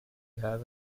have